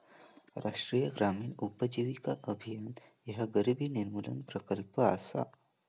राष्ट्रीय ग्रामीण उपजीविका अभियान ह्या गरिबी निर्मूलन प्रकल्प असा